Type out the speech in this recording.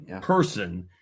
person